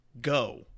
Go